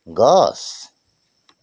গছ